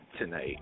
tonight